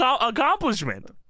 accomplishment